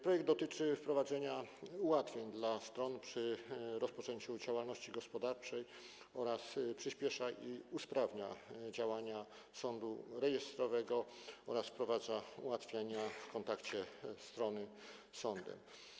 Projekt dotyczy wprowadzenia ułatwień dla stron przy rozpoczęciu działalności gospodarczej oraz przyspiesza i usprawnia działania sądu rejestrowego oraz przewiduje ułatwienia w kontakcie stron z sądem.